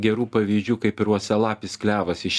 gerų pavyzdžių kaip ir uosialapis klevas iš